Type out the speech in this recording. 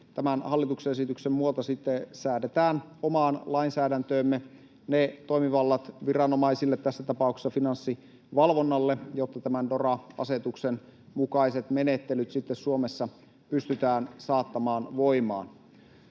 tämän hallituksen esityksen myötä sitten säädetään omaan lainsäädäntöömme ne toimivallat viranomaisille, tässä tapauksessa Finanssivalvonnalle, jotta tämän DORA-asetuksen mukaiset menettelyt sitten Suomessa pystytään saattamaan voimaan.